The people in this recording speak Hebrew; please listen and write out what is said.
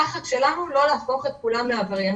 הפחד שלנו הוא לא להפוך את כולם לעבריינים